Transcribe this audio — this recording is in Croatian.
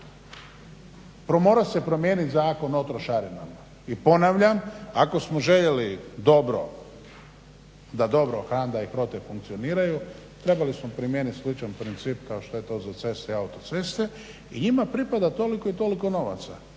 Morao se promijeniti Zakon o trošarinama. I ponavljam, ako smo željeli dobro, da dobro HANDA i HROTE funkcioniraju trebali smo primijeniti sličan princip kao što je to za ceste i autoceste i njima pripada toliko i toliko novaca.